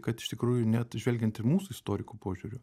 kad iš tikrųjų net žvelgiant ir mūsų istorikų požiūriu